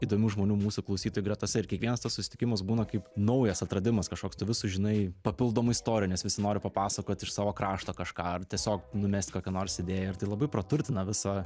įdomių žmonių mūsų klausytojų gretose ir kiekvienas tas susitikimas būna kaip naujas atradimas kažkoks tu vis sužinai papildomai istorijų nes visi nori papasakot iš savo krašto kažką ar tiesiog numest kokią nors idėją ir tai labai praturtina visą